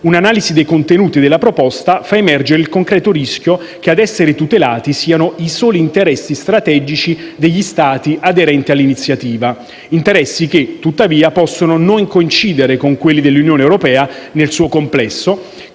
un'analisi dei contenuti della proposta fa emergere il concreto rischio che a essere tutelati siano i soli interessi strategici degli Stati aderenti all'iniziativa, interessi che, tuttavia, possono non coincidere con quelli dell'Unione europea nel suo complesso